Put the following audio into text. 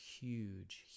huge